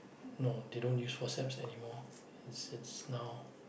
no they don't use forceps anymore it's it's now